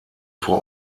vor